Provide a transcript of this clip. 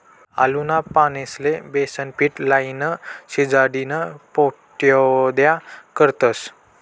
आळूना पानेस्ले बेसनपीट लाईन, शिजाडीन पाट्योड्या करतस